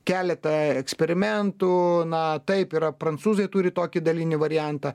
keletą eksperimentų na taip yra prancūzai turi tokį dalinį variantą